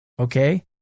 okay